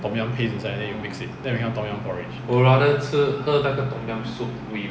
tom yum paste inside then you mix it then it become tom yum porridge